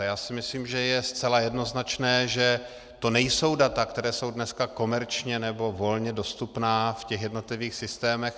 A já si myslím, že je zcela jednoznačné, že to nejsou data, která jsou dneska komerčně nebo volně dostupná v těch jednotlivých systémech.